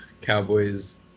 Cowboys